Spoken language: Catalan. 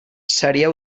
seria